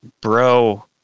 bro